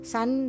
Sun